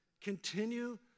Continue